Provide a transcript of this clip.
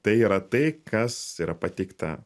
tai yra tai kas yra pateikta